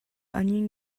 onion